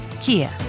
Kia